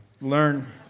learn